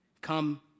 come